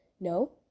no